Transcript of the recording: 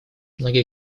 многие